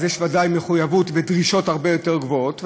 אז יש ודאי מחויבות ודרישות הרבה יותר גבוהות,